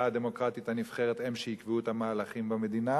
הדמוקרטית הנבחרת הם שיקבעו את המהלכים במדינה,